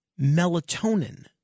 melatonin